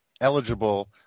eligible